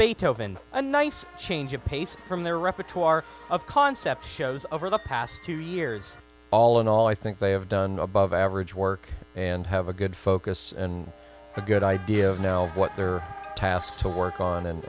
beethoven a nice change of pace from their repertoire of concept shows over the past two years all in all i think they have done above average work and have a good focus and a good idea of know what they are tasked to work on